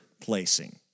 placing